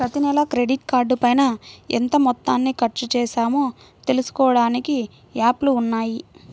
ప్రతినెలా క్రెడిట్ కార్డుపైన ఎంత మొత్తాన్ని ఖర్చుచేశామో తెలుసుకోడానికి యాప్లు ఉన్నయ్యి